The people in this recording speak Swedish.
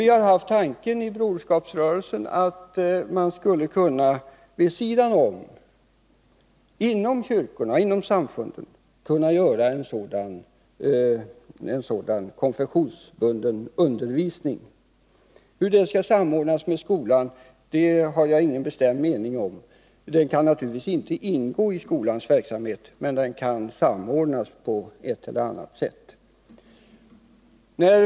Vi har inom Broderskapsrörelsen haft tanken att man inom kyrkorna och inom samfunden skulle kunna ha en sådan konfessionsbunden undervisning. Hur den skall samordnas med skolan har jag ingen bestämd mening om. Den kan naturligtvis inte ingå i skolans verksamhet, men den kan samordnas på ett eller annat sätt.